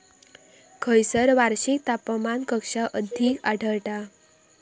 खैयसर वार्षिक तापमान कक्षा अधिक आढळता?